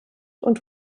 und